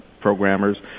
programmers